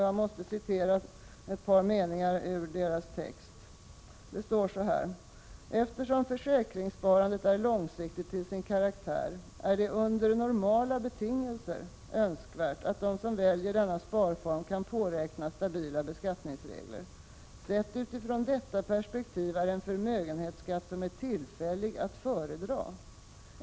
Jag måste citera ett par meningar ur majoritetstexten: ”Eftersom försäkringssparandet är långsiktigt till sin karaktär är det under normala betingelser önskvärt att de som väljer denna sparform kan påräkna stabila beskattningsregler. Sett utifrån detta perspektiv är en förmögenhetsskatt som är tillfällig att föredra.